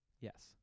yes